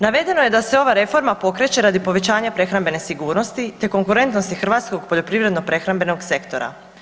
Navedeno je da se ova reforma pokreće radi povećanja prehrambene sigurnosti, te konkurentnosti hrvatskog poljoprivredno prehrambenog sektora.